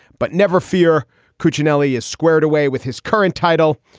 but never fear cuccinelli is squared away with his current title,